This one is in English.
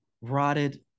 rotted